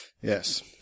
Yes